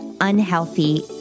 unhealthy